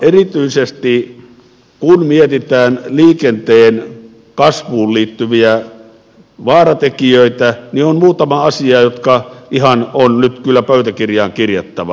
erityisesti kun mietitään liikenteen kasvuun liittyviä vaaratekijöitä on muutama asia jotka on nyt ihan kyllä pöytäkirjaan kirjattava